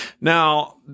Now